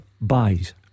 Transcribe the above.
buys